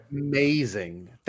Amazing